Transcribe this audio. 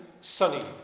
sunny